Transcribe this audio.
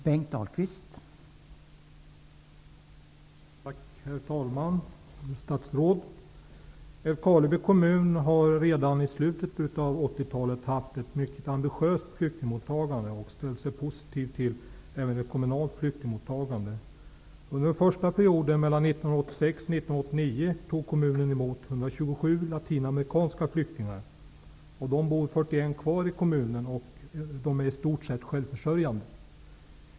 Herr talman! Fru statsråd! Älvkarleby kommun hade redan i slutet av 80-talet ett mycket ambitiöst flyktingmottagande och ställde sig positiv även till ett kommunalt flyktingmottagande. Under den första perioden, mellan 1986 och 1989, tog kommunen emot 127 latinamerikanska flyktingar. Av dem bor 41 kvar i kommunen, och de är i stort sett självförsörjande.